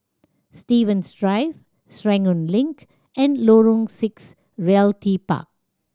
Stevens Drive Serangoon Link and Lorong Six Realty Park